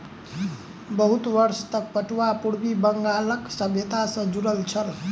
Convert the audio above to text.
बहुत वर्ष तक पटुआ पूर्वी बंगालक सभ्यता सॅ जुड़ल छल